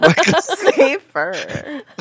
Safer